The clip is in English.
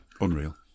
Unreal